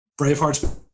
Bravehearts